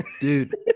Dude